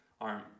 arm